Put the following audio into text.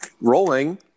Rolling